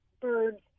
birds